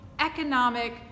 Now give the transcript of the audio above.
economic